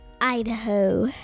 Idaho